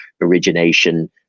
origination